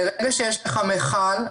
ברגע שיש לך מכל,